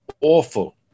awful